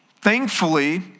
thankfully